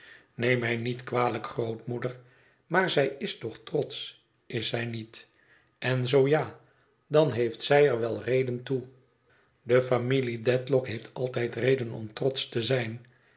neem mij niet kwalijk grootmoeder maar zij is toch trotsch is zij niet en zoo ja dan heeft zij er wel reden toe de familie dedlock heeft altijd reden om trotsch te zijn